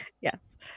Yes